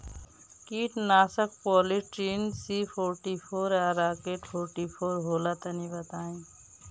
कीटनाशक Polytrin C forty four या Rocket forty four होला तनि बताई?